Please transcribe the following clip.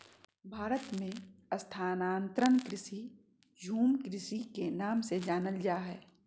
भारत मे स्थानांतरण कृषि, झूम कृषि के नाम से जानल जा हय